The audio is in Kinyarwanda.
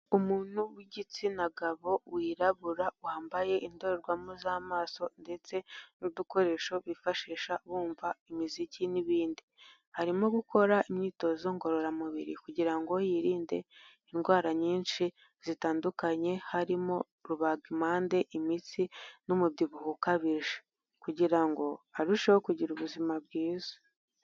Umuntu w'igitsina gabo wirabura wambaye indorerwamo z'amaso ndetse n'udukoresho bifashisha bumva imiziki n'ibindi, arimo gukora imyitozo ngororamubiri kugira ngo yirinde indwara nyinshi zitandukanye harimo rubagimpande, imitsi n'umubyibuho ukabije, kugirango arusheho kugira ubuzima bwiza.